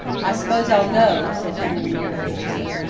i s'pose i'll go, said emmeline ungraciously,